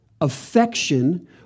affection